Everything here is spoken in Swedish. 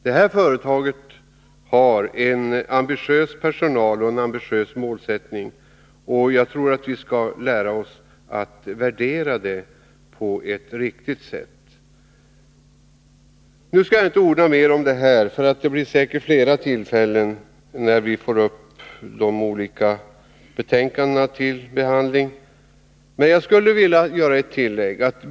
Det här företaget har en ambitiös personal och en ambitiös målsättning. Jag tror att vi skall lära oss att värdera det på ett riktigt sätt. Jag skall inte orda mer om detta, för det blir säkert flera tillfällen till det när vi får upp de olika betänkandena till behandling. Jag skulle ändå vilja göra ett tillägg.